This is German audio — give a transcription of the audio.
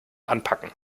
anpacken